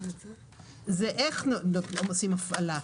אומרת איך עושים הפעלה.